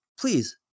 Please